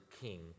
king